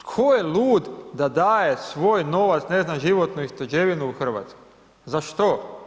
To je lud da daje svoj novac, ne znam životnu ušteđevinu u Hrvatsku, za što?